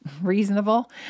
reasonable